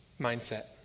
mindset